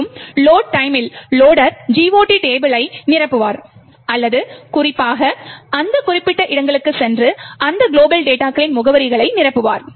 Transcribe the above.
மேலும் லோட் டைமில் loader GOT டேபிளை நிரப்புவார் அல்லது குறிப்பாக அந்த குறிப்பிட்ட இடங்களுக்குச் சென்று அந்த குளோபல் டேட்டாகளின் முகவரிகளை நிரப்புவார்